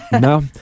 no